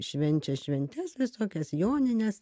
švenčia šventes visokias jonines